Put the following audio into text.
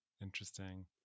interesting